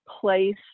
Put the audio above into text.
place